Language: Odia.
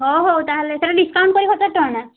ହେଉ ହେଉ ତା'ହେଲେ ସେଇଟା ଡିସକାଉଣ୍ଟ୍ କରିକି ହଜାର ଟଙ୍କା ନା